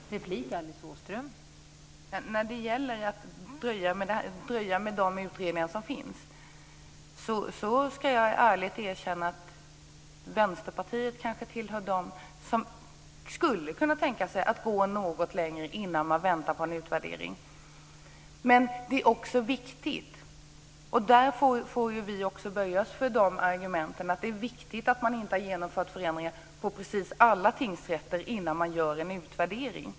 Fru talman! När det gäller att dröja med de utredningar som finns ska jag ärligt erkänna att Vänsterpartiet kanske tillhör dem som skulle kunna tänka sig att gå något längre när det gäller att vänta på en utvärdering. Vi får böja oss för argumentet att det är viktigt att förändringar inte genomförs på precis alla tingsrätter innan man gör en utvärdering.